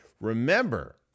Remember